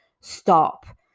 stop